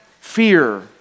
Fear